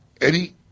Eddie